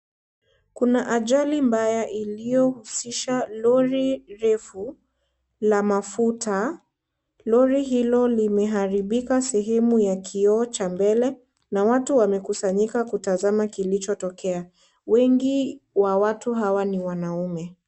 Kuna ajali mbaya iliyohusisha lori refu la mafuta. Lori hilo limeharibika sehemu ya kioo cha mbele, na watu wamekusanyika kutazama kilichotokea. Wengi wa watu hawa ni wanaume